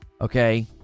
okay